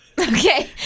okay